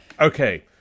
Okay